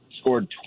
scored